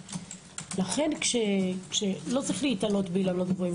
לכן לא צריך להיתלות באילנות גבוהים.